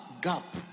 gap